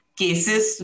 cases